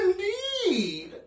Indeed